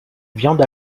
viande